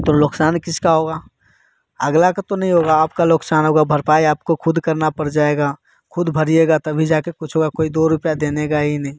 तो नुकसान किसका होगा अगला का तो नहीं होगा आपका नुकसान होगा भरपाई आपको खुद करना पड़ जाएगा खुद भरेंगे तभी जाकर कुछ और कोई दो रुपये देने का ही नहीं